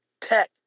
tech